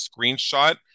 screenshot